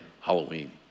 Halloween